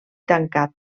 tancat